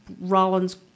Rollins